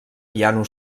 piano